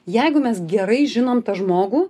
jeigu mes gerai žinom tą žmogų